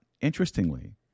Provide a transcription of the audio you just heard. interestingly